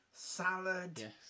Salad